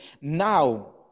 Now